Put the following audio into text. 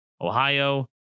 Ohio